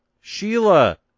Sheila